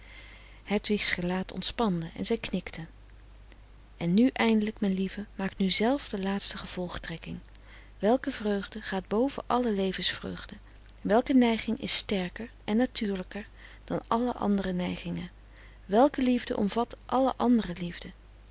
slecht hedwig's gelaat ontspande en zij knikte en nu eindelijk mijn lieve maak nu zelf de laatste gevolgtrekking welke vreugde gaat boven alle levensvreugde welke neiging is sterker en natuurlijker dan alle andere neigingen welke liefde omvat alle andere liefde